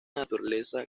naturaleza